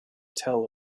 tell